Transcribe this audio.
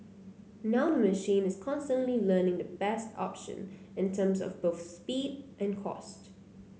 now the machine is constantly learning the best option in terms of both speed and cost